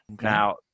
Now